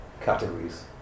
categories